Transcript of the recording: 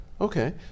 Okay